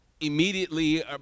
immediately